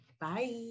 Bye